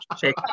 shake